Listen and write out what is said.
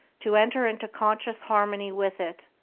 to enter into conscious harmony with it,